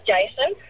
Jason